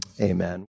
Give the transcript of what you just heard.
Amen